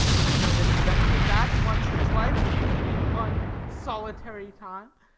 i know that he ventured that, once in his life one solitary time.